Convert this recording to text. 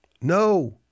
No